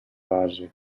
base